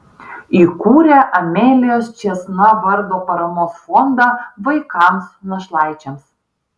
įkūrė amelijos čėsna vardo paramos fondą vaikams našlaičiams